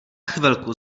chvilku